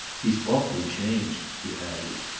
he's awfully changed, he added.